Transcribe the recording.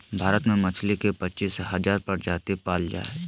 भारत में मछली के पच्चीस हजार प्रजाति पाल जा हइ